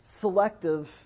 selective